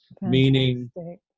meaning